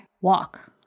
Walk